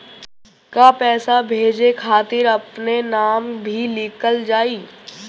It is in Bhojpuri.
का पैसा भेजे खातिर अपने नाम भी लिकल जाइ?